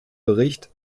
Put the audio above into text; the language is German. bericht